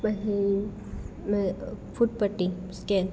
પહી મેં ફૂટપટ્ટી સ્કેલ